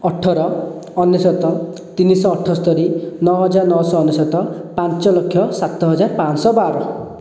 ଅଠର ଅନେଶ୍ୱତ ତିନିଶହ ଅଠସ୍ତରି ନଅହଜାର ନଅଶହ ଅନେଶ୍ୱତ ପାଞ୍ଚଲକ୍ଷ ସାତହଜାର ପାଁଶହ ବାର